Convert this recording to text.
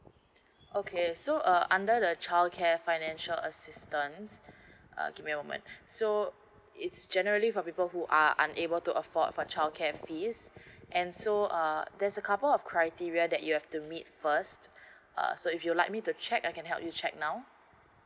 okay so uh under the childcare financial assistance um give me a moment so it's generally for people who are unable to afford for childcare fees and so uh there's a couple of criteria that you have to meet first uh so if you like me to check I can help you check now